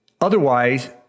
Otherwise